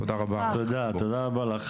תודה רבה.